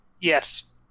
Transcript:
Yes